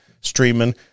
streaming